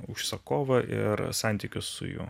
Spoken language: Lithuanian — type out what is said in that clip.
užsakovą ir santykius su juo